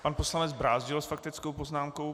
Pan poslanec Brázdil s faktickou poznámkou.